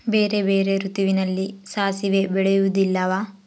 ಬೇರೆ ಬೇರೆ ಋತುವಿನಲ್ಲಿ ಸಾಸಿವೆ ಬೆಳೆಯುವುದಿಲ್ಲವಾ?